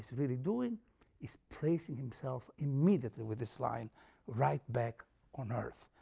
so really doing is placing himself immediately with this line right back on earth.